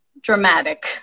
dramatic